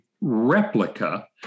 replica